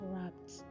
corrupt